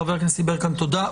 חבר הכנסת יברקן, תודה.